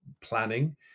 planning